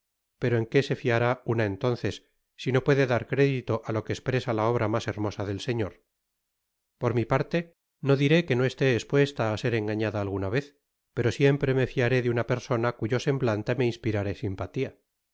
pero en qué se fiará una entonces si no puede dar crédito á lo que espresa la obra mas hermosa del señor por mi parte no diré que no esté espuesta á ser engañada alguna vez pero siempre me fiaré de una persona cujo semblante me inspirare simpatía